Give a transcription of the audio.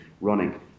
running